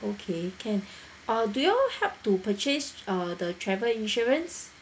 okay can uh do you help to purchase uh the travel insurance